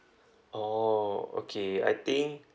oh okay I think